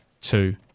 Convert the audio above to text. two